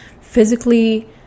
physically